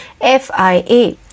FIA